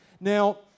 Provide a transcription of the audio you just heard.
Now